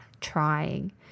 trying